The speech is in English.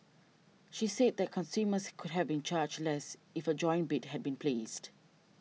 she said that consumers could have been charged less if a joint bid had been placed